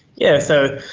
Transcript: yeah, so